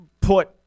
put